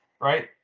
right